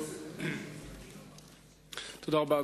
תודה רבה.